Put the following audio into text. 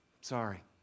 sorry